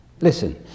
Listen